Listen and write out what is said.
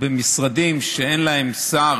במשרדים שאין להם שר